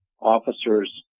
officers